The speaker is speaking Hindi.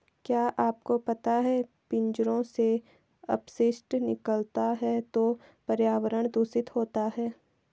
क्या आपको पता है पिंजरों से अपशिष्ट निकलता है तो पर्यावरण दूषित होता है?